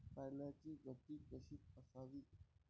पाण्याची गती कशी असावी?